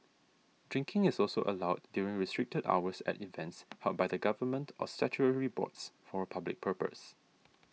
drinking is also allowed during restricted hours at events held by the Government or statutory boards for a public purpose